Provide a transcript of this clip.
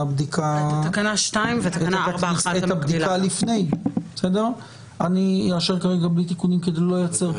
תקנה 2 ותקנה 4(1). אני אאשר בלי תיקונים כדי לא לייצר